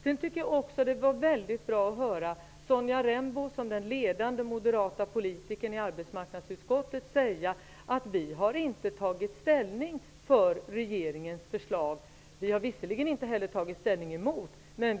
Jag tycker också att det var väldigt bra att höra Sonja Rembo som den ledande moderata politikern i arbetsmarknadsutskottet säga att man inte har tagit ställning för regeringens förslag -- låt vara att man inte heller har tagit ställning emot det.